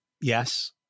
yes